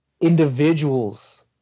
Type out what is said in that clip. individuals